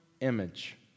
image